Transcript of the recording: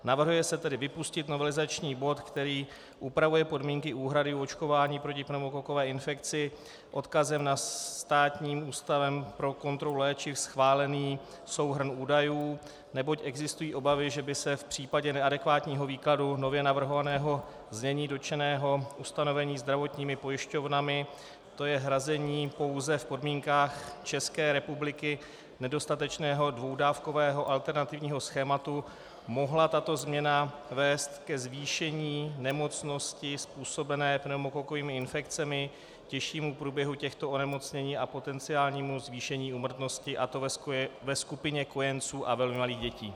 Navrhuje se tedy vypustit novelizační bod, který upravuje podmínky úhrady očkování proti pneumokokové infekci odkazem na Státním ústavem pro kontrolu léčiv schválený souhrn údajů, neboť existují obavy, že by v případě neadekvátního výkladu nově navrhovaného znění dotčeného ustanovení zdravotními pojišťovnami, to je hrazení pouze v podmínkách České republiky nedostatečného dvoudávkového alternativního schématu, mohla tato změna vést ke zvýšení nemocnosti způsobené pneumokokovými infekcemi, k těžšímu průběhu těchto onemocnění a potenciálnímu zvýšení úmrtnosti, a to ve skupině kojenců a velmi malých dětí.